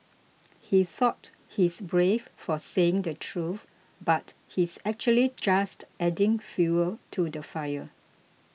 he thought he's brave for saying the truth but he's actually just adding fuel to the fire